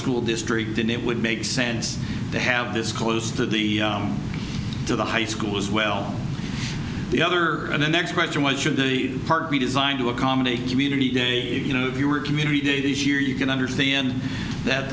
school district and it would make sense to have this close to the to the high school as well the other and the next question what should the park be designed to accommodate community day if you were community day this year you can understand that